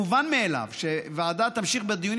מובן מאליו שהוועדה תמשיך בדיונים